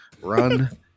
run